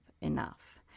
enough